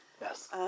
Yes